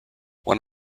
one